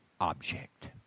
object